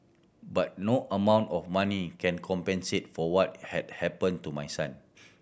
but no amount of money can compensate for what had happen to my son